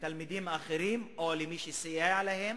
לתלמידים האחרים, או למי שסייע להם,